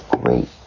great